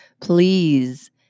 please